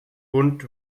bunt